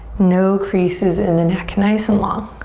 no creases in the neck. nice and long.